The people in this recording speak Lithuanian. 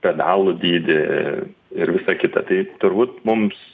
pedalų dydį ir visa kita tai turbūt mums